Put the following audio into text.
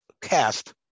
cast